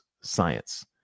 science